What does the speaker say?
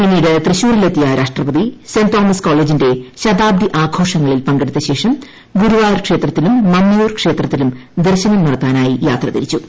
പിന്നീട് തൃശൂരിലെത്തിയ രാഷ്ട്രപതി സെന്റ് തോമസ് കോളേജിന്റെ ശതാബ്ദി ആഘോഷങ്ങളിൽ പങ്കെടുത്ത ശേഷം ഗുരുവായൂർ ക്ഷേത്രത്തിലും മമ്മിയൂർ ക്ഷേത്രത്തിലും ദർശനം നടത്താനായി യാത്ര തിരിച്ചു